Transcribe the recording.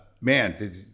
man